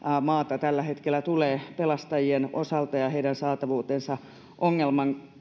maata tällä hetkellä tulee pelastajien ja heidän saatavuutensa ongelman